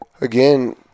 again